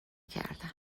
کردم